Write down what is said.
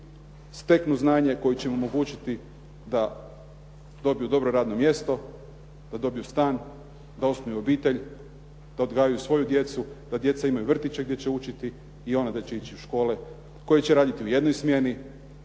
steknu znanje koje će im omogućiti da dobiju dobro radno mjesto, da dobiju stan, da osnuju obitelj, da odgajaju svoju djecu, da djeca imaju vrtiće gdje će učiti i ona da će ići u škole koja će raditi u jednoj smjeni,